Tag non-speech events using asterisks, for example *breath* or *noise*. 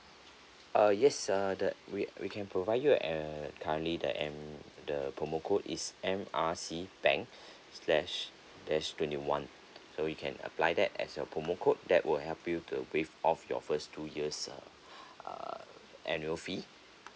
uh yes err the we we can provide you err currently the and the promo code is M R C bank *breath* slash dash twenty one so you can apply that as your promo code that will help you to waive off your first two years uh *breath* err annual fee